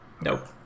Nope